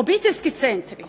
Obiteljski centri,